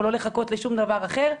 ולא לחכות לשום דבר אחר.